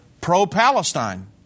pro-Palestine